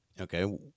Okay